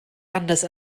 anders